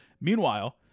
Meanwhile